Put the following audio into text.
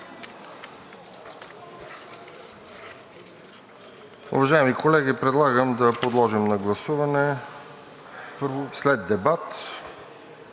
Уважаеми колеги, предлагам да подложим на гласуване след дебат